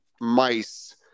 mice